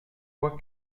fois